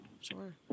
Sure